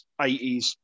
80s